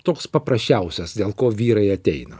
toks paprasčiausias dėl ko vyrai ateina